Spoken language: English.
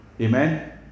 amen